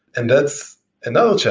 and that's another